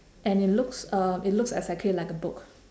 and it looks uh it looks exactly like a book